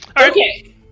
Okay